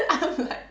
I'm like